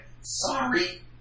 sorry